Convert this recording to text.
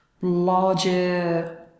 larger